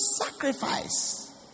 sacrifice